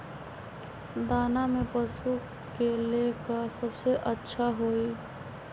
दाना में पशु के ले का सबसे अच्छा होई?